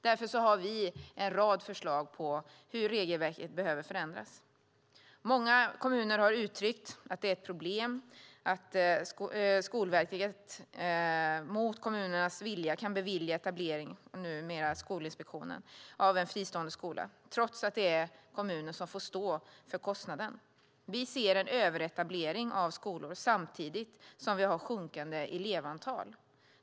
Därför har vi en rad förslag på hur regelverket behöver förändras. Många kommuner har uttryckt att det är ett problem att Skolverket, numera Skolinspektionen, mot kommunens vilja kan bevilja etableringen av en fristående skola, trots att det är kommunen som får stå för kostnaden. Vi ser en överetablering av skolor samtidigt som vi har ett sjunkande elevantal.